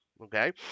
Okay